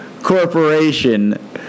Corporation